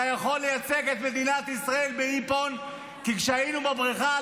אתה יכול לייצג את מדינת ישראל באיפון כי כשהיינו בבריכה,